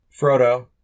Frodo